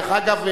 דרך אגב,